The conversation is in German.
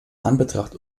anbetracht